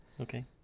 Okay